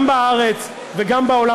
גם בארץ וגם בעולם,